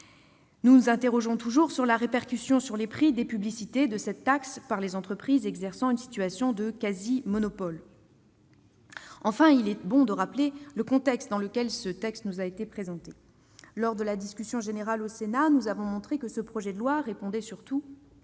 parvenir, mais aussi sur la répercussion de cette taxe sur les prix des publicités par les entreprises exerçant une situation de quasi-monopole. Enfin, il est bon de rappeler le contexte dans lequel ce texte nous a été présenté. Lors de la discussion générale au Sénat, nous avons montré que ce projet de loi répondait surtout